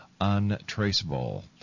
Untraceable